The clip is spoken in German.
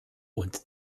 und